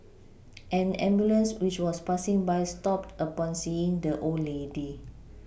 an ambulance which was passing by stopped upon seeing the old lady